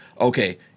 okay